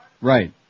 Right